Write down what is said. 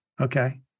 okay